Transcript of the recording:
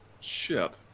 ship